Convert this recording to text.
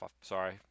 Sorry